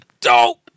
Dope